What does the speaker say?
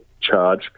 charge